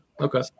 Okay